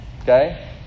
Okay